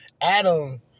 Adam